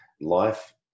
life